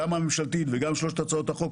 גם הממשלתיים וגם שלוש הצעות החוק,